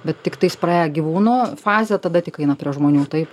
bet tiktais praėję gyvūnų fazę tada tik eina prie žmonių taip